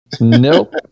Nope